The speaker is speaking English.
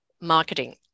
marketing